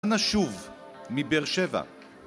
אנה שוב, מבאר שבע